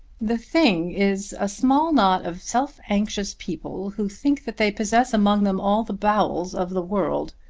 the thing is a small knot of self-anxious people who think that they possess among them all the bowels of the world.